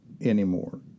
anymore